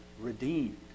redeemed